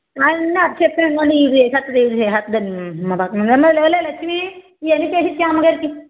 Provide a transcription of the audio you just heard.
అన్ని అది చెప్పడమే ఇది చేసేస్తుంది ఇది మొదటి నుంచి లే లే లక్ష్మి ఇవన్నీ చేసి ఇచ్చేయి అమ్మగారికి